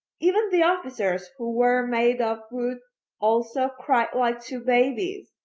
even the officers, who were made of wood also, cried like two babies.